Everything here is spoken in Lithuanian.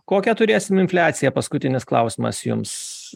kokią turėsim infliaciją paskutinis klausimas jums